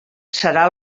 serà